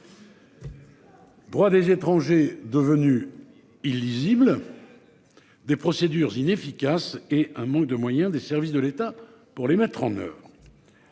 Droits des étrangers devenue illisible. Des procédures inefficace et un manque de moyens des services de l'État pour les mettre en oeuvre.